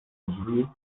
drzwi